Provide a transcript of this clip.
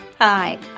Hi